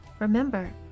Remember